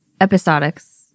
episodics